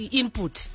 input